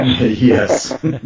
Yes